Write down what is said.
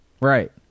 Right